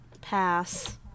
Pass